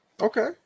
Okay